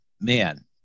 man